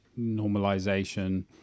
normalization